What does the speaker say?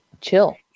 chill